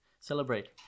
celebrate